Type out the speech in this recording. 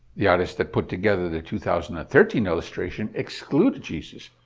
the artist that put together the two thousand and thirteen illustration, excluded jesus,